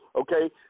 okay